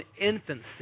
infancy